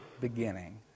beginning